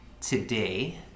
today